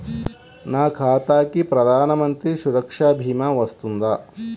నా ఖాతాకి ప్రధాన మంత్రి సురక్ష భీమా వర్తిస్తుందా?